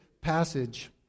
passage